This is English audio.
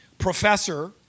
Professor